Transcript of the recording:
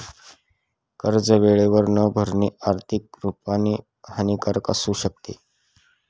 कर्ज वेळेवर न भरणे, आर्थिक रुपाने हानिकारक असू शकते